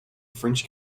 french